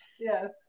Yes